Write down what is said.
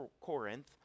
Corinth